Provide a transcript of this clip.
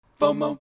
FOMO